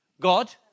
God